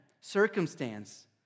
circumstance